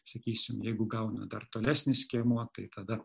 sakysim jeigu gauna dar tolesnis skiemuo tai tada